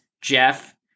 Jeff